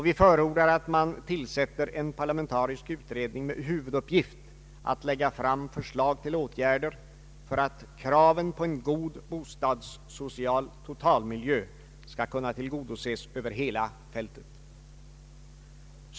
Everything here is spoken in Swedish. Vi förordar att man tillsätter en parlamentarisk utredning med huvuduppgift att lägga fram förslag till åtgärder för att kraven på en god bostadssocial totalmiljö skall kunna tillgodoses över hela fältet.